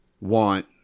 want